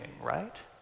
right